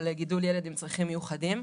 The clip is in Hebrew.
על גידול ילד עם צרכים מיוחדים.